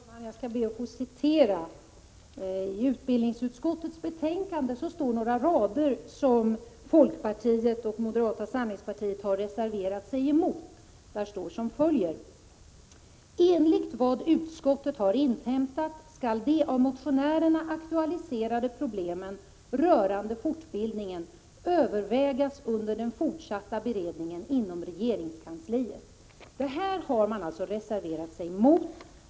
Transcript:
Herr talman! Jag skall be att få läsa upp ett citat. I utbildningsutskottets betänkande står några rader som folkpartiet och moderata samlingspartiet har reserverat sig emot, nämligen: ”Enligt vad utskottet har inhämtat skall de av motionärerna aktualiserade problemen rörande fortbildningen övervägas under den fortsatta beredningen inom regeringskansliet.” Detta har man alltså reserverat sig emot.